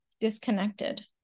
disconnected